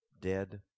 dead